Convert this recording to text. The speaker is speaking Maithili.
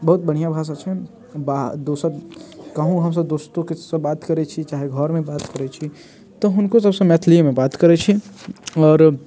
बहुत बढ़िआँ भाषा छै बाहर दोसर कहुँ हम सभ दोस्तो से बात करैत छी चाहे घरमे बात करैत छी तऽ हुनको सभ से मैथलियेमे बात करैत छी आओर